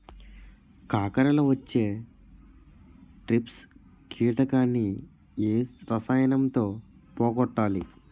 కాకరలో వచ్చే ట్రిప్స్ కిటకని ఏ రసాయనంతో పోగొట్టాలి?